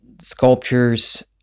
sculptures